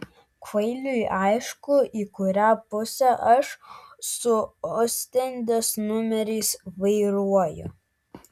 kvailiui aišku į kurią pusę aš su ostendės numeriais vairuoju